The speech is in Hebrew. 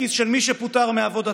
לכיס של מי שפוטר מעבודתו,